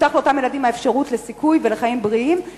תובטח לאותם ילדים האפשרות לסיכוי ולחיים בריאים.